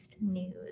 news